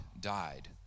died